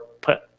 put